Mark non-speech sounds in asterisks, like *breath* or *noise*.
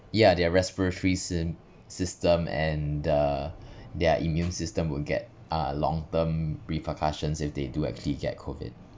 yeah their respiratory sy~ system and the *breath* *noise* their immune system will get uh long term repercussions if they do actually get COVID